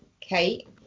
Kate